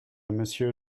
monsieur